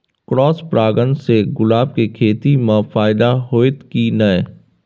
Cross परागण से गुलाब के खेती म फायदा होयत की नय?